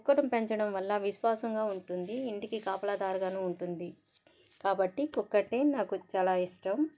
కుక్కను పెంచడం వల్ల విశ్వాసంగా ఉంటుంది ఇంటికి కాపాలదారిగాను ఉంటుంది కాబట్టి కుక్కంటే నాకు చాలా ఇష్టం